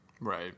right